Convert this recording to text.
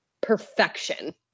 perfection